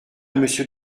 monsieur